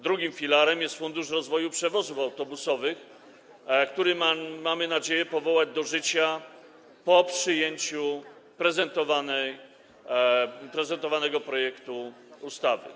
Drugim filarem jest fundusz rozwoju przewozów autobusowych, który mamy nadzieję powołać do życia po przyjęciu prezentowanego projektu ustawy.